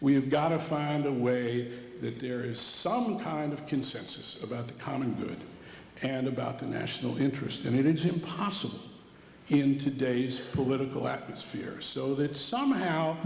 have got to find a way that there is some kind of consensus about the common good and about the national interest and it's impossible in today's political atmosphere so that somehow